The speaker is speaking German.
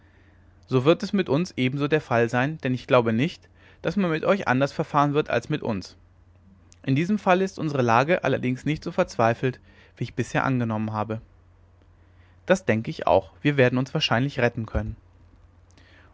so wird es mit uns ebenso der fall sein denn ich glaube nicht daß man mit euch anders verfahren wird als mit uns in diesem falle ist unsere lage allerdings nicht so verzweifelt wie ich bisher angenommen habe das denke ich auch wir werden uns wahrscheinlich retten können